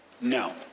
No